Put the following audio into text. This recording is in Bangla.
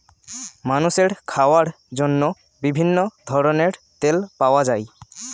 মানুষের খাওয়ার জন্য বিভিন্ন ধরনের তেল পাওয়া যায়